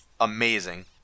amazing